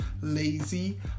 lazy